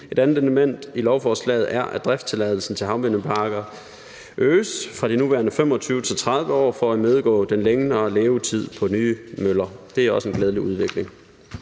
Et andet element i lovforslaget er, at driftstilladelsen til havvindmølleparker øges fra de nuværende 25-30 år for at imødegå den længere levetid på nye møller. Det er også en glædelig udvikling.